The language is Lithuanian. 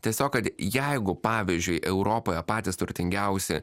tiesiog kad jeigu pavyzdžiui europoje patys turtingiausi